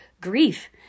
grief